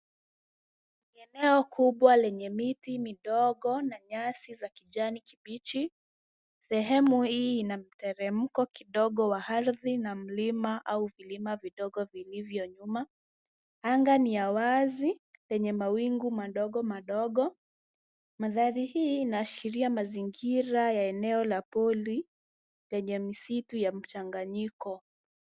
Eneo kubwa lenye miti midogo na nyasi za kijani kibichi. Sehemu hii ina mteremko kidogo wa ardhi na mlima au vilima vidogo vilivyo nyuma. Anga ni ya wazi lenye mawingu madogo madogo. Mandhari hii inaashiria mazingira ya eneo la pori lenye misitu ya mchanganyiko.